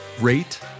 rate